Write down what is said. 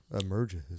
emerges